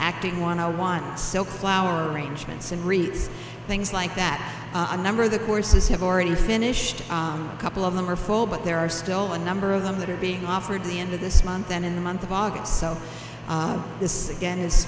acting one i wanted so flower arrangements and reefs things like that a number of the courses have already finished a couple of them are full but there are still a number of them that are being offered the end of this month and in the month of august so this again is